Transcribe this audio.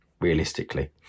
realistically